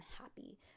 happy